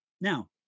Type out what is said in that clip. Now